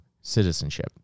citizenship